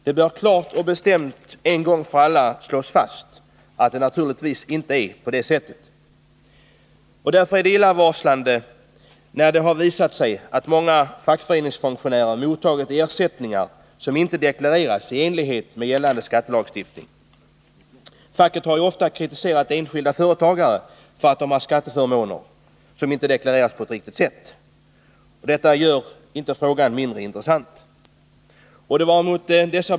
Det bör en gång för alla klart och bestämt slås fast att det naturligtvis inte är på det sättet. Därför är det illavarslande att det har visat sig att många fackföreningsfunktionärer har mottagit ersättningar som inte deklareras i enlighet med gällande skattelagstiftning. Facket har ju ofta kritiserat enskilda företagare för att de har skatteförmåner som inte deklareras på ett riktigt sätt. Detta gör inte frågan mindre intressant.